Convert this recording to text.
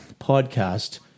podcast